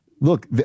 Look